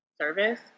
service